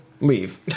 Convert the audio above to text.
leave